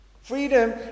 Freedom